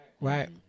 Right